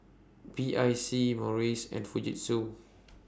B I C Morries and Fujitsu